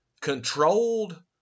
controlled